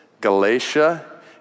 Galatia